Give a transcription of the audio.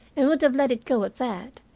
and would have let it go at that,